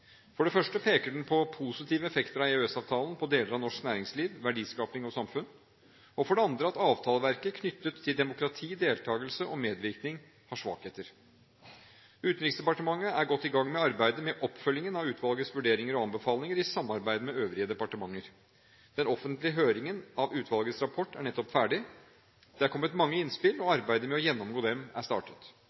For det første peker den på positive effekter av EØS-avtalen for deler av norsk næringsliv, verdiskaping og samfunn, og for det andre på at avtaleverket knyttet til demokrati, deltakelse og medvirkning har svakheter. Utenriksdepartementet er godt i gang med arbeidet med oppfølgingen av utvalgets vurderinger og anbefalinger i samarbeid med øvrige departementer. Den offentlige høringen av utvalgets rapport er nettopp ferdig. Det er kommet mange innspill, og arbeidet med å gjennomgå dem er startet.